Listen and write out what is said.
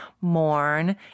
mourn